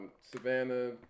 Savannah